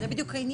זה בדיוק העניין.